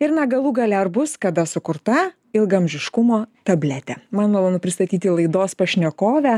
ir na galų gale ar bus kada sukurta ilgaamžiškumo tabletė man malonu pristatyti laidos pašnekovę